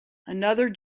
another